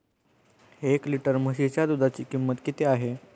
एक लिटर म्हशीच्या दुधाची किंमत किती आहे?